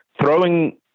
throwing